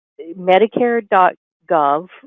Medicare.gov